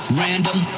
random